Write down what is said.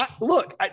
Look